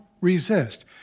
resist